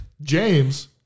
James